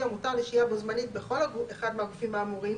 המותר לשהייה בו־זמנית בכל אחד מהגופים האמורים